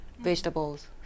vegetables